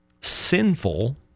sinful